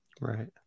Right